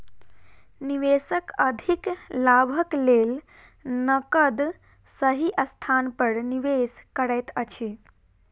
निवेशक अधिक लाभक लेल नकद सही स्थान पर निवेश करैत अछि